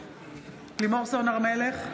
בעד לימור סון הר מלך,